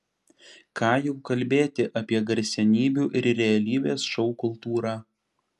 ką jau kalbėti apie garsenybių ir realybės šou kultūrą